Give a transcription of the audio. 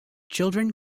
children